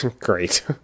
great